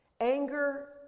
anger